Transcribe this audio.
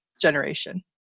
generation